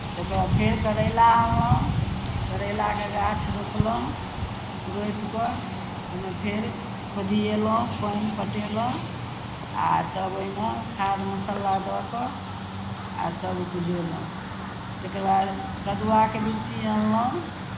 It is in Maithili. तकर बाद फेर करैला आनलहुँ करैलाके गाछ रोपलहुँ रोपि कऽ ओहिमे फेर खोदिएलहुँ पानि पटेलहुँ आ तब ओहिमे खाद मसाला दऽ कऽ आ तब उपजेलहुँ तकर बाद कदुआके बिच्ची अनलहुँ